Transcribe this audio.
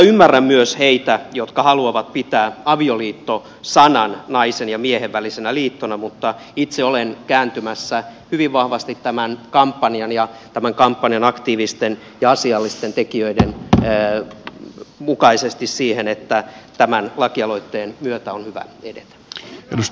ymmärrän myös heitä jotka haluavat pitää avioliitto sanan naisen ja miehen välisenä liittona mutta itse olen kääntymässä hyvin vahvasti tämän kampanjan ja tämän kampanjan aktiivisten ja asiallisten tekijöiden mukaisesti siihen että tämän lakialoitteen myötä on hyvä edetä